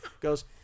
goes